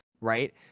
right